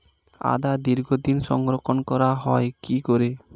আদা দীর্ঘদিন সংরক্ষণ করা হয় কি করে?